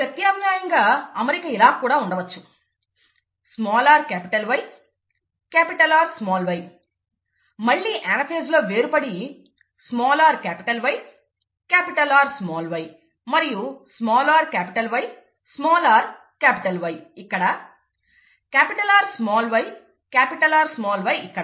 ప్రత్యామ్నాయంగా అమరిక ఇలా కూడా ఉండవచ్చు small r capital Y capital R small y మళ్లీ అనాఫేజ్ లో వేరుపడి small r capital Y capital R small y మరియు small r capital Y small r capital Y ఇక్కడ capital R small y capital R small y ఇక్కడ